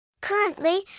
Currently